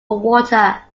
water